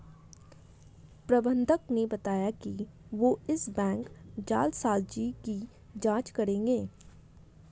प्रबंधक ने बताया कि वो इस बैंक जालसाजी की जांच करेंगे